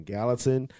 Gallatin